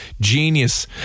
genius